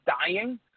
dying